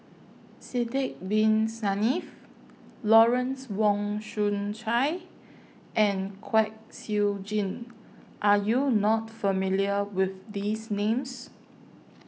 Sidek Bin Saniff Lawrence Wong Shyun Tsai and Kwek Siew Jin Are YOU not familiar with These Names